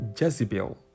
Jezebel